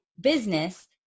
business